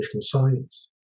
science